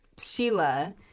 Sheila